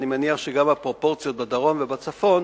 אני מניח שגם הפרופורציות בדרום ובצפון